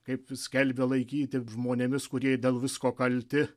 kaip skelbė laikyti žmonėmis kurie dėl visko kalti